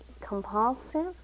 compulsive